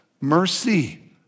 mercy